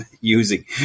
using